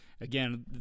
again